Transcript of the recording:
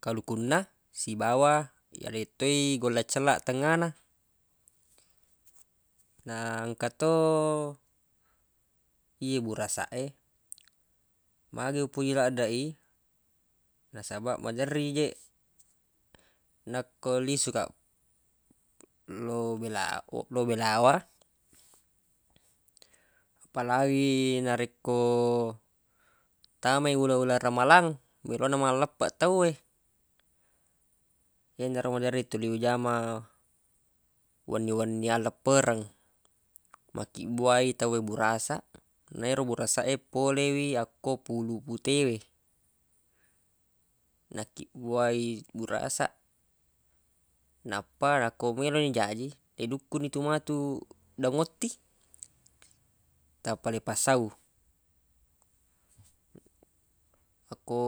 kalukunna sibawa yaleng toi golla cellaq tengnga na na engka to ye burasaq e magi upoji laddeq i nasabaq maderri je nakko lisu kaq lo bela lo belawa apalagi narekko tamai uleng-uleng ramalang melo ro malleppeq tawwe yenaro maderri tuli uajama wenni-wenni alleppereng makkibbuaq i tawwe burasaq na ero burasaq e pole wi akko puluq pute we nakkibbuaq i burasaq nappa nakko melo ni jaji idukku ni tu matu dong otti tappa le pasau akko.